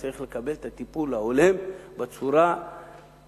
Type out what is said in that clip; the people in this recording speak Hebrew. הוא צריך לקבל את הטיפול ההולם בצורה שוויונית.